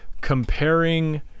comparing